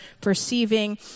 perceiving